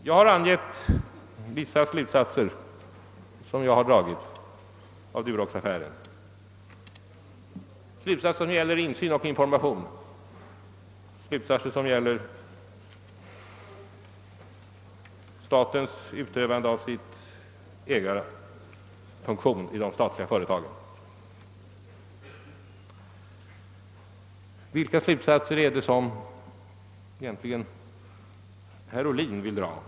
Jag har angivit vilka slutsatser jag har dragit av Duroxaffären när det gäller insyn och information, slutsatser som gäller statens utövande av sin ägarfunktion i de statliga företagen. Vilka slutsatser vill egentligen herr Ohlin dra?